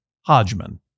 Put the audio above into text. Hodgman